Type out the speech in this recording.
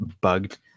bugged